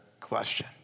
question